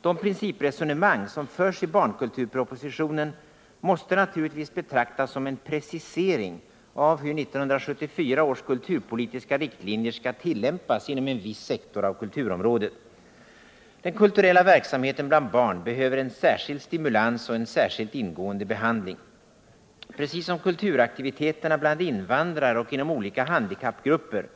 De principresonemang som förs i barnkulturpropositionen måste natur ligtvis betraktas som en precisering av hur 1974 års kulturpolitiska riktlinjer skall tillämpas inom en viss sektor av kulturområdet. Den kulturella verksamheten bland barn behöver en särskild stimulans och en särskilt ingående behandling, precis som kulturaktiviteterna bland invandrare och inom olika handikappgrupper,